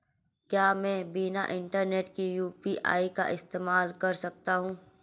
क्या मैं बिना इंटरनेट के यू.पी.आई का इस्तेमाल कर सकता हूं?